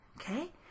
Okay